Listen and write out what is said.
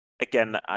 again